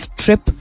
trip